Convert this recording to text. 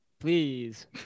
please